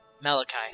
Malachi